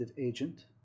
agent